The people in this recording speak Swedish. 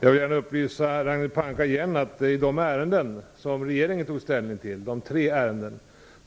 Herr talman! Jag vill för det första gärna upplysa Ragnhild Pohanka igen om att av de tre ärenden som regeringen tog ställning till